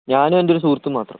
ഞാനും എൻ്റ ഒരു സുഹൃത്തും മാത്രം